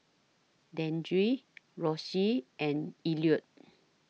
Dandre Rosy and Elliott